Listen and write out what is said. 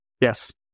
Yes